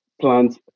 plants